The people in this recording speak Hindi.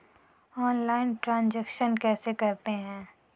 ऑनलाइल ट्रांजैक्शन कैसे करते हैं?